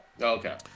Okay